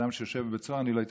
אדם שיושב בבית סוהר, לא הייתי